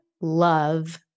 love